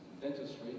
Dentistry